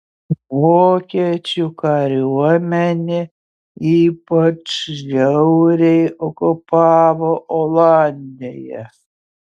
vokiečių kariuomenė ypač žiauriai okupavo olandiją